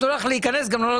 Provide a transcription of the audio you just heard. את